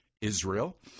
Israel